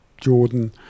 Jordan